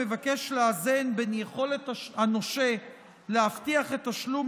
המבקש לאזן בין יכולת הנושה להבטיח את תשלום